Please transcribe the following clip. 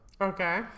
Okay